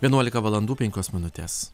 vienuolika valandų penkios minutės